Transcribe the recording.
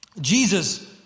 Jesus